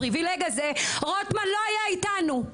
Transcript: הפריבילג הזה רוטמן לא היה איתנו,